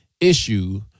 Issue